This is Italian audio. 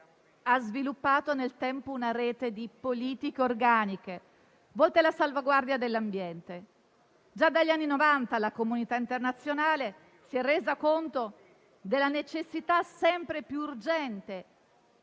ha sviluppato nel tempo una rete di politiche organiche volte alla salvaguardia dell'ambiente. Già dagli anni Novanta la comunità internazionale si è resa conto della necessità sempre più urgente